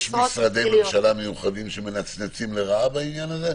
יש משרדי ממשלה שמנצנצים לרעה בעניין הזה?